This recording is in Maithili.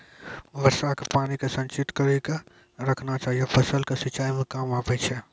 वर्षा के पानी के संचित कड़ी के रखना चाहियौ फ़सल के सिंचाई मे काम आबै छै?